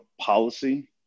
policy